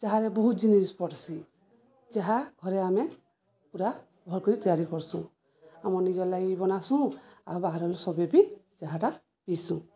ଚାହାରେ ବହୁତ ଜିନିଷ୍ ପଡ଼୍ସି ଚାହା ଘରେ ଆମେ ପୁରା ଭଲ କରି ତିଆରି କରସୁଁ ଆମ ନିଜ ଲାଗି ବନାସୁଁ ଆଉ ବାହାରୁ ସବୁ ବି ଚାହାଟା ପିସୁଁ